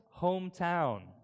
hometown